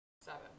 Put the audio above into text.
seven